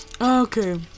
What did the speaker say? okay